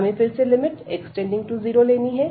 हमें फिर से लिमिट x→0 लेनी है